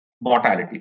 mortality